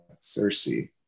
Cersei